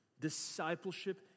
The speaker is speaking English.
Discipleship